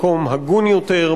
מקום הגון יותר,